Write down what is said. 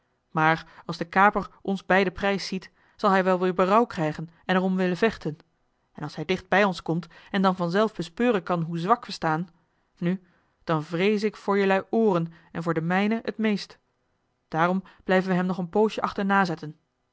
maar als de kaper ons bij den prijs ziet zal hij wel weer berouw krijgen en er om willen vechten en als hij dicht bij ons komt en dan vanzelf bespeuren kan hoe zwak we staan nu dan vrees ik voor jelui ooren en voor de mijne het meest daarom blijven we hem nog een poosje achterna zetten